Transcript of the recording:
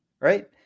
right